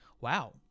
wow